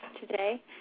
today